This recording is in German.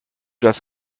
das